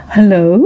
Hello